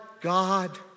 God